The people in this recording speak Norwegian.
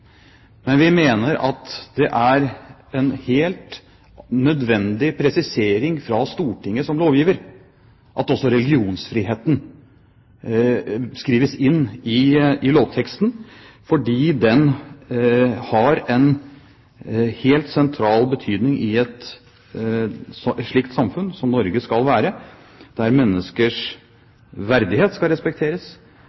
Men vi mener at det er en helt nødvendig presisering fra Stortinget som lovgiver at også religionsfriheten skrives inn i lovteksten, fordi den har en helt sentral betydning i et slikt samfunn som Norge skal være, der menneskers